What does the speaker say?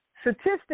statistics